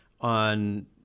on